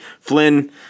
Flynn